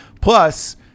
Plus